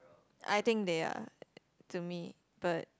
I think they are to me but